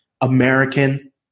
American